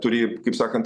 turi kaip sakant